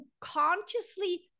consciously